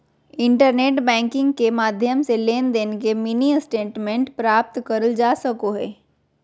internet banking के माध्यम से लेनदेन के मिनी स्टेटमेंट प्राप्त करल जा सको हय